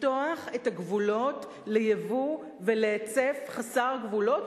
לפתוח את הגבולות ליבוא ולהיצף חסר גבולות,